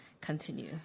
continue